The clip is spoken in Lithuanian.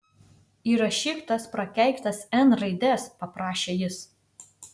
įrašyk tas prakeiktas n raides paprašė jis